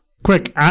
Quick